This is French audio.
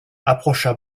approcha